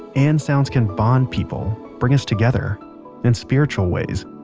and sounds can bond people bring us together in spiritual ways.